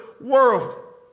world